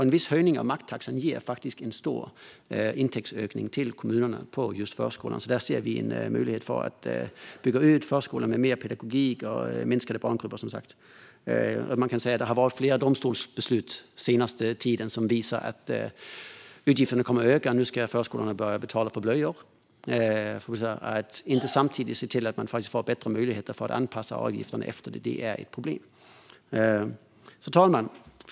En viss höjning av maxtaxan skulle ge en stor intäktsökning för kommunerna från förskolan. Där ser vi som sagt en möjlighet att bygga ut förskolan med mer pedagogik och minskade barngrupper. Det har den senaste tiden kommit flera domstolsbeslut som visar att utgifterna kommer att öka. Nu ska förskolorna börja betala för blöjor. Det är ett problem att man inte samtidigt ser till att de får bättre möjligheter att anpassa avgifterna efter detta. Fru talman!